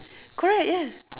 correct yes